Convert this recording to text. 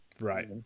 Right